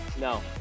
No